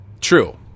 True